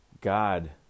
God